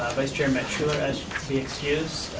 vice chair matt schueller asked to be excused.